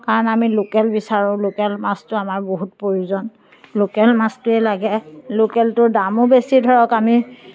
কাৰণ আমি লোকেল বিচাৰোঁ লোকেল মাছটো আমাৰ বহুত প্ৰয়োজন লোকেল মাছটোৱে লাগে লোকেলটোৰ দামো বেছি ধৰক আমি